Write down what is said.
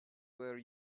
where